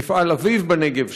מפעל אביב בנגב,